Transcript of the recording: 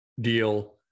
deal